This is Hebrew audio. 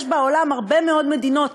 יש בעולם הרבה מאוד מדינות,